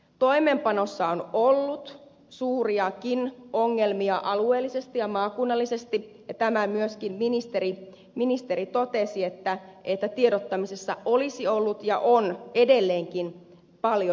toimeenpanossa on ollut suuriakin ongelmia alueellisesti ja maakunnallisesti ja tämän myöskin ministeri totesi että tiedottamisessa olisi ollut ja on edelleenkin paljon parantamista